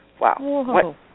Wow